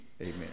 Amen